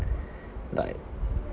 like